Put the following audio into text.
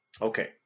Okay